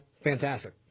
fantastic